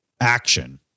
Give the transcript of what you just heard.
action